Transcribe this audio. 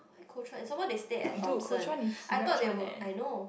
why Kuo Chuan some more they stay at Thomson I thought they would I know